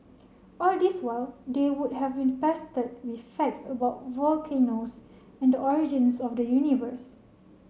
all this while they would have be pestered with facts about volcanoes and the origins of the universe